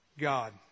God